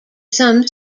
some